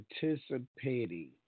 participating